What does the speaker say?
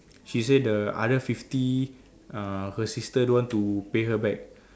she say the other fifty uh her sister don't want to pay her back